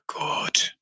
good